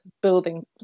building